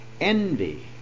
envy